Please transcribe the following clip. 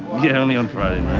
yeah only on friday